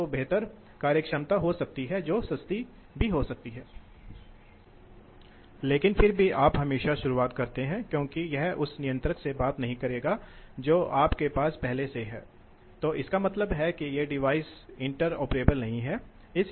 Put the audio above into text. इसी तरह आपके पास दक्षता हो सकती है निरंतर दक्षता विशेषताओं का कहना है कि यह सत्तर प्रतिशत रेखा है यह अस्सी प्रतिशत रेखा है और इसी तरह